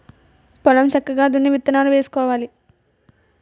పొలం సక్కగా దున్ని విత్తనాలు వేసుకోవాలి